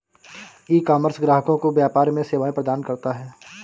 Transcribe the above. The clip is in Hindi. ईकॉमर्स ग्राहकों को व्यापार में सेवाएं प्रदान करता है